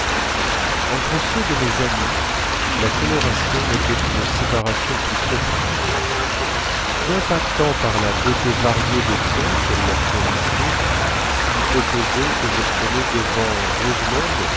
entre ceux de mes amies la coloration mettait une séparation plus profonde encore non pas tant par la beauté variée des tons qu'elle leur fournissait si opposés que je prenais devant rosemonde